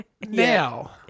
now